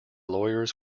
lawyers